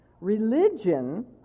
Religion